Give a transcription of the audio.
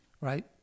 right